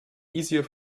easier